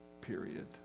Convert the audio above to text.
period